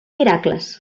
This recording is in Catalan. miracles